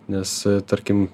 nes tarkim